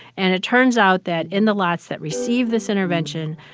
and it turns out that in the lots that receive this intervention,